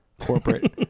corporate